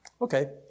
Okay